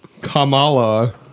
Kamala